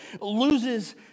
loses